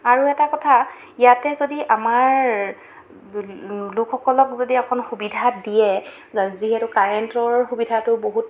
আৰু এটা কথা ইয়াতে যদি আমাৰ লোকসকলক যদি অকণ সুবিধা দিয়ে যিহেতু কাৰেণ্টৰ সুবিধাটো বহুত